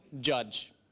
judge